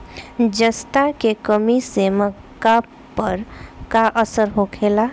जस्ता के कमी से मक्का पर का असर होखेला?